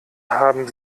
haben